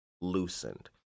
loosened